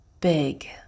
big